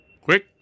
Quick